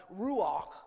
Ruach